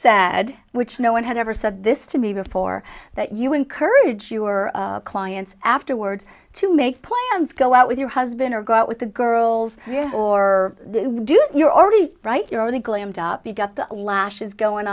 said which no one had ever said this to me before that you encourage your clients afterwards to make plans go out with your husband or go out with the girls or do you already write you're already glammed up you've got the lashes going